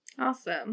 Awesome